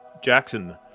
Jackson